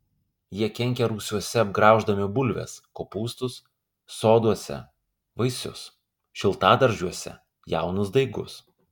jie kenkia rūsiuose apgrauždami bulves kopūstus soduose vaisius šiltadaržiuose jaunus daigus